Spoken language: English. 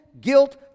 guilt